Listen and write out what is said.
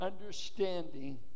understanding